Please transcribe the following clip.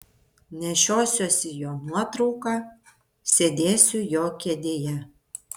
nešiosiuosi jo nuotrauką sėdėsiu jo kėdėje